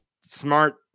smart